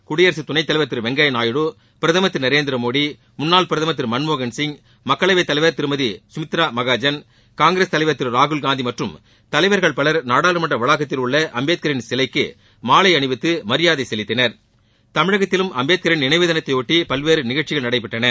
குடியரசு துணைத் தலைவர் திரு வெங்கையா நாயுடு பிரதமர் திரு நரேந்திர மோடி முன்னாள் பிரதமர் திரு மன்மோகன் சிங் மக்களவைத் தலைவர் திருமதி குமித்ரா மகாஜன் காங்கிரஸ் தலைவர் திரு ராகுல்காந்தி மற்றும் தலைவர்கள் பவர் நாடாளுமன்ற வளாகத்தில் உள்ள அம்பேத்கரின் சிலைக்கு மாலை அணிவித்து மரியாதை செலுத்தினர் தமிழகத்திலும் அம்பேத்கரின் நினைவு தினத்தையொட்டி பல்வேறு நிகழ்ச்சிகள் நடைபெற்றன